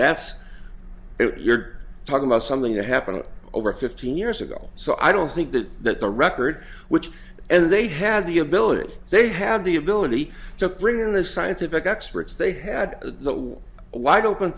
that's it you're talking about something that happened over fifteen years ago so i don't think that that the record which and they had the ability they had the ability to bring in a scientific experts they had a wide open